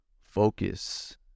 focus